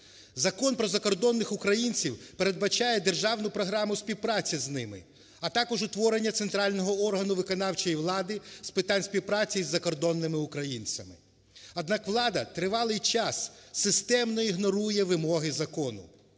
Закон "Про закордонних українців" передбачає державну програму співпраці з ними, а також утворення центрального органу виконавчої влади з питань співпраці із закордонними українцями. Однак влада тривалий час системно ігнорує вимоги закону.